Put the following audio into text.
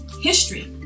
history